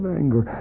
anger